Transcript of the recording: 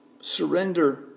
Surrender